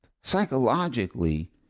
psychologically